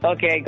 Okay